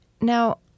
now